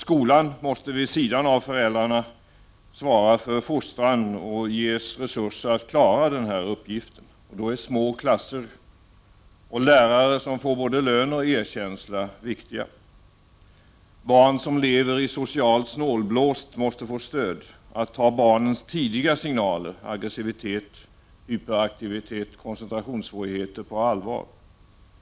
Skolan måste vid sidan av föräldrarna svara för fostran och ges resurser att klara den uppgiften. Därför är små klasser och läraren som får både lön och erkänsla viktiga. Barn som lever i social snålblåst måste få stöd, och vi måste ta barnens tidiga signaler med aggressivitet, hyperaktivitet och koncentrationssvårigheter på allvar.